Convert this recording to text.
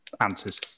answers